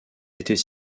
était